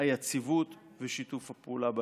היציבות ושיתוף הפעולה באזור.